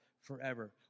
Forever